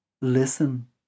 listen